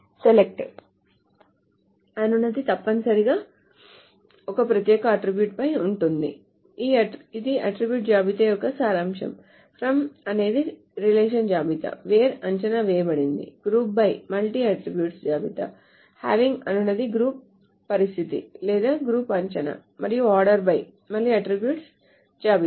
SELECT అనునది తప్పనిసరిగా ఒక ప్రత్యేక అట్ట్రిబ్యూట్ పై ఉంటుంది ఇది అట్ట్రిబ్యూట్ జాబితా యొక్క సారాంశం FROM అనేది రిలేషన్ జాబితా WHERE అంచనా వేయబడింది Group By మళ్లీ అట్ట్రిబ్యూట్ జాబితా Having అనునది గ్రూప్ పరిస్థితిగ్రూప్ అంచనా మరియు Order By మళ్లీ అట్ట్రిబ్యూట్ జాబితా